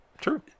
true